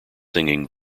singing